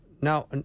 Now